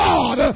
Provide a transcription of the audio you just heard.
God